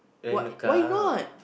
w~ why not